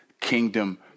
kingdom